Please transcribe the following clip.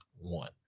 one